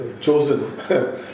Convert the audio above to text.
chosen